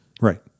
Right